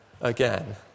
again